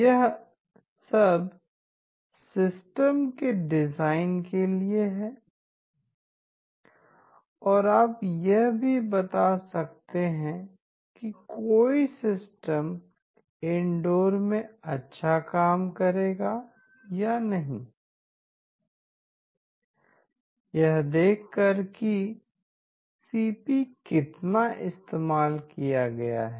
यह सब सिस्टम के डिज़ाइन के लिए है और आप यह भी बता सकते हैं कि कोई सिस्टम इनडोर में अच्छा काम करेगा या नहीं यह देखकर कि सीपी कितना इस्तेमाल किया जाता है